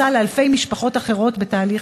ללא ספק ובלב